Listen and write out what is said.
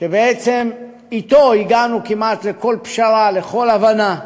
שבעצם אתו הגענו כמעט לכל פשרה, לכל הבנה.